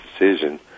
decision